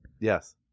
Yes